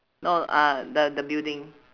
no uh the the building